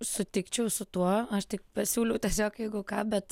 sutikčiau su tuo aš tik pasiūliau tiesiog jeigu ką bet